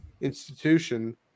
institution